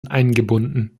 eingebunden